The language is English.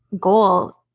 goal